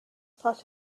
part